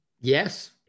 Yes